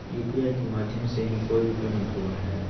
UPI के माध्यम से ही कोय भी पेमेंट होबय हय